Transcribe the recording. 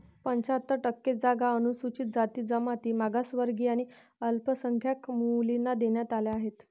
पंच्याहत्तर टक्के जागा अनुसूचित जाती, जमाती, मागासवर्गीय आणि अल्पसंख्याक मुलींना देण्यात आल्या आहेत